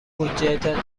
بودجهتان